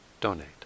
donate